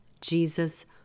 Jesus